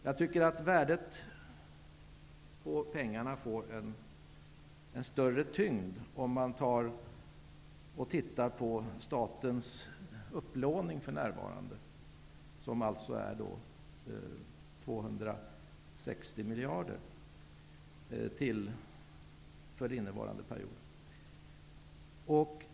Jag tycker att pengarnas värde får en större tyngd om man tittar på statsskuldens ökning, som alltså är 260 miljarder för innevarande period.